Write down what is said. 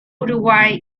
uruguay